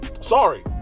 sorry